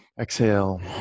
exhale